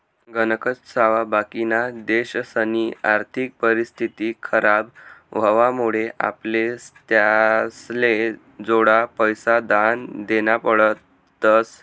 गणकच सावा बाकिना देशसनी आर्थिक परिस्थिती खराब व्हवामुळे आपले त्यासले थोडा पैसा दान देना पडतस